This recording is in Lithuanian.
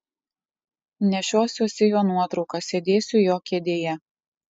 nešiosiuosi jo nuotrauką sėdėsiu jo kėdėje